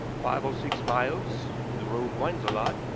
five or six miles. the road winds a lot.